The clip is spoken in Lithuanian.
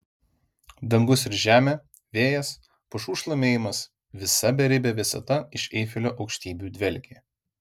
dangus ir žemė vėjas pušų šlamėjimas visa beribė visata iš eifelio aukštybių dvelkė